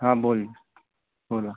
हा बोल बोला